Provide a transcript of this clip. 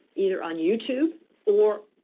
either on youtube or